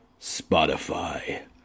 Spotify